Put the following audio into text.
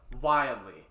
wildly